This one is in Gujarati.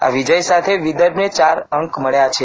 આ વિજય સાથે વિદર્ભને ચાર અંકો મળ્યા છે